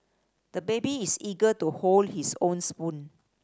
the baby is eager to hold his own spoon